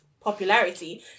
popularity